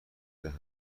دهم